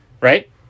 right